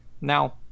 Now